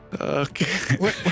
Okay